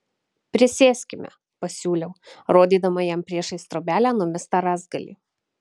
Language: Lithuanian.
prisėskime pasiūliau rodydama jam priešais trobelę numestą rąstgalį